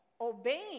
obeying